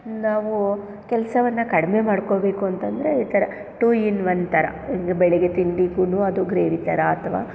ನಾವು ಕೆಲಸವನ್ನ ಕಡಿಮೆ ಮಾಡಿಕೋಬೇಕು ಅಂತಂದರೆ ಈ ಥರ ಟು ಇನ್ ಒನ್ ಥರ ಬೆಳಗ್ಗೆ ತಿಂಡಿಗೂ ಅದು ಗ್ರೇವಿ ಥರ ಅಥವಾ